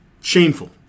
Shameful